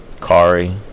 Kari